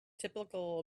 typical